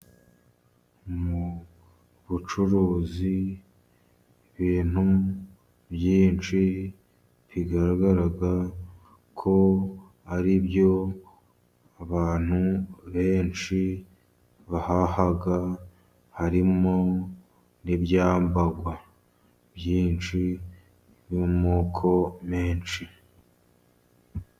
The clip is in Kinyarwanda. Mu bucuruzi ibintu byinshi bigaragara ko ari byo abantu benshi bahaha, harimo n'ibyambagwa byinshi mu moko menshi.